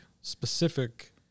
specific